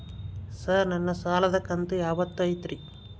Sir ನನ್ನ ಸಾಲದ ಕಂತು ಯಾವತ್ತೂ ಐತ್ರಿ?